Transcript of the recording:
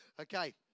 Okay